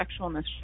sexualness